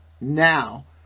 now